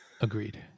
Agreed